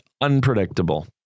unpredictable